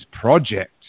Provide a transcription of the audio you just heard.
project